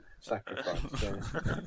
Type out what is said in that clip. sacrifice